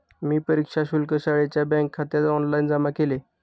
मी परीक्षा शुल्क शाळेच्या बँकखात्यात ऑनलाइन जमा केले